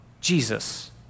Jesus